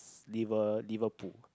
Liver Liverpool